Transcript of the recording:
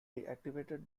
deactivated